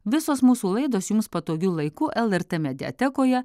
visos mūsų laidos jums patogiu laiku lrt mediatekoje